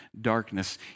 darkness